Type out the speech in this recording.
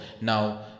now